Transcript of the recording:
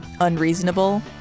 unreasonable